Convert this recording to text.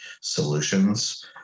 solutions